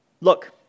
Look